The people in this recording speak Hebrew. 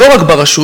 לא רק ברשות,